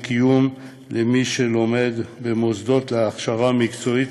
קיום למי שלומד במוסדות להכשרה מקצועית,